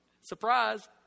Surprise